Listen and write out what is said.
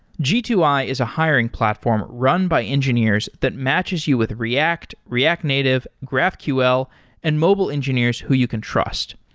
g two i is a hiring platform run by engineers that matches you with react, react native, graphql and mobile engineers who you can trust.